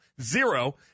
Zero